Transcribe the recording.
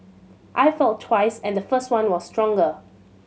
I felt twice and the first one was stronger